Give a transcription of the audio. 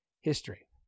history